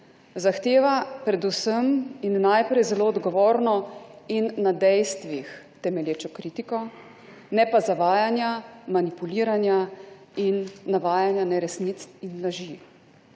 zahteva predvsem in najprej zelo odgovorno in na dejstvih temelječo kritiko, ne pa zavajanja, manipuliranja in navajanja neresnic in laži.